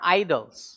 idols